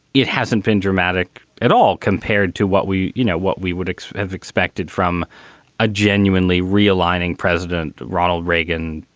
it hasn't been dramatic at all compared to what we you know, what we would have expected from a genuinely re-aligning president ronald reagan.